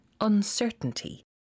uncertainty